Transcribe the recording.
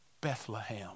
Bethlehem